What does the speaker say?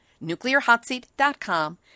nuclearhotseat.com